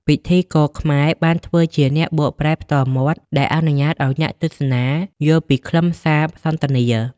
ពិធីករខ្មែរបានធ្វើជាអ្នកបកប្រែផ្ទាល់មាត់ ដែលអនុញ្ញាតឱ្យអ្នកទស្សនាយល់ពីខ្លឹមសារសន្ទនា។